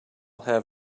have